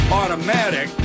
automatic